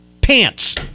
pants